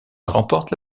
remporte